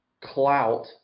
clout